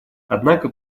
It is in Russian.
однако